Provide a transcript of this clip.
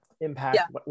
impact